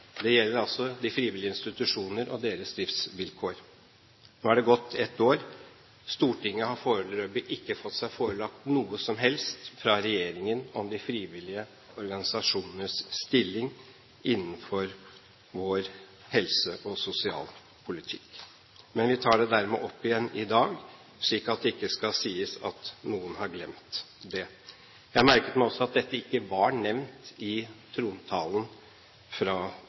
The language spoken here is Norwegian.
Det gjelder altså de frivillige institusjoner og deres livsvilkår. Nå er det gått ett år. Stortinget har foreløpig ikke fått seg forelagt noe som helst fra regjeringen om de frivillige organisasjonenes stilling innenfor vår helse- og sosialpolitikk. Vi tar det dermed opp igjen i dag, slik at det ikke skal sies at noen har glemt det. Jeg merket meg også at dette ikke var nevnt i trontalen fra